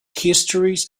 histories